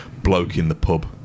bloke-in-the-pub